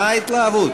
מה ההתלהבות?